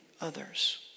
others